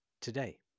today